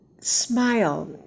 Smile